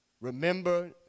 remember